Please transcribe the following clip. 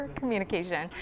communication